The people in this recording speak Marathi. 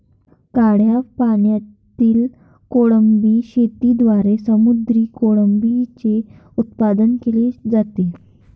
गोड्या पाण्यातील कोळंबी शेतीद्वारे समुद्री कोळंबीचे उत्पादन केले जाते